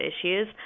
issues